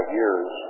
years